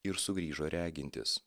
ir sugrįžo regintis